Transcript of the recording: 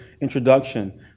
introduction